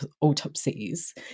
autopsies